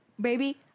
Baby